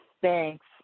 Thanks